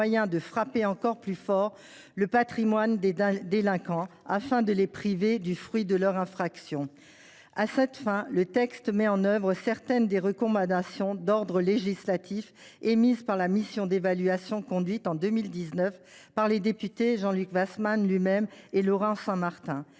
de frapper encore plus fort le patrimoine des délinquants, afin de les priver du fruit de leurs infractions. À cette fin, le texte met en œuvre certaines des recommandations d’ordre législatif formulées par la mission d’évaluation conduite en 2019 par les députés Jean Luc Warsmann et Laurent Saint Martin.